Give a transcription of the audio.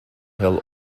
hill